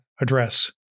address